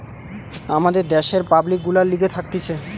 আমাদের দ্যাশের পাবলিক গুলার লিগে থাকতিছে